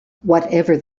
whatever